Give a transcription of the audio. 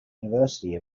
university